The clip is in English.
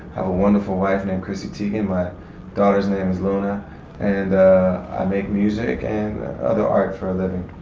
a wonderful wife named chrissy teigan. my daughter's name is luna and i make music and other art for a living.